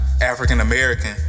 African-American